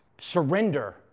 Surrender